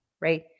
right